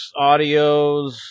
audios